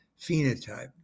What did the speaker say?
phenotype